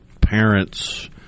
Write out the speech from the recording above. parents